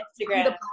Instagram